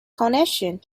connection